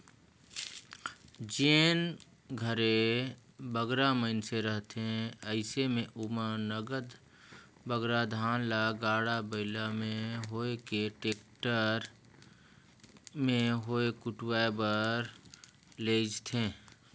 जेन घरे बगरा मइनसे रहथें अइसे में ओमन नगद बगरा धान ल गाड़ा बइला में होए कि टेक्टर में होए कुटवाए बर लेइजथें